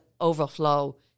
overflow